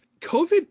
COVID